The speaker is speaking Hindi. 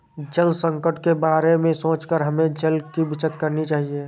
जल संकट के बारे में सोचकर हमें जल की बचत करनी चाहिए